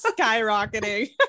skyrocketing